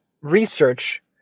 research